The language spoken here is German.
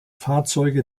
fahrzeuge